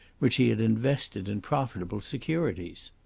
which he had invested in profitable securities.